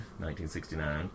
1969